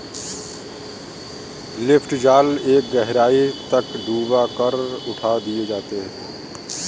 lift जाल एक गहराई तक डूबा कर उठा दिए जाते हैं